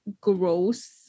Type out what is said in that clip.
gross